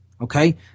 Okay